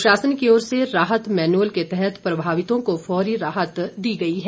प्रशासन की ओर से राहत मैनुअल के तहत प्रभावितों को फौरी राहत दी गई है